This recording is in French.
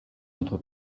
notre